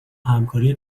همکاری